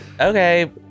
okay